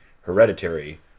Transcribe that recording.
Hereditary